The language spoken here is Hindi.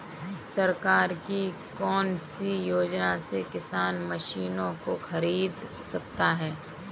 सरकार की कौन सी योजना से किसान मशीनों को खरीद सकता है?